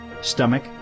stomach